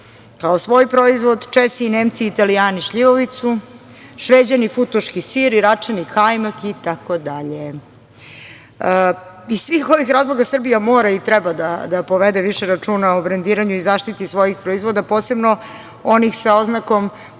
kao svoj proizvod, Česi, Nemci, Italijani šljivovicu, Šveđani futoški sir, Iračani kajmak, itd. Iz svih ovih razloga Srbija mora i treba da povede više računa o brendiranju i zaštiti svojih proizvoda, posebno onih sa oznakom